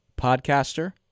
podcaster